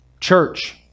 church